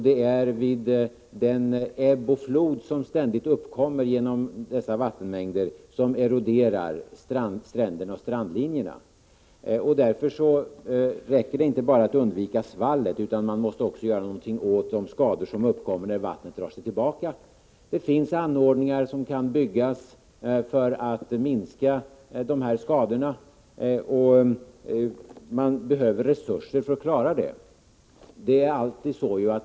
Det är vid den ebb och flod som ständigt uppkommer genom dessa vattenmängder som stränderna och strandlinjerna eroderas. Därför räcker det inte med att undvika svallet. Man måste också göra någonting åt de skador som uppkommer när vattnet drar sig tillbaka. Det finns anordningar som kan byggas för att minska dessa skador, men det behövs resurser för detta.